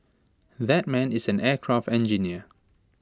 that man is an aircraft engineer